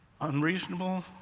Unreasonable